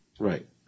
Right